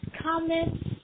comments